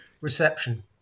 reception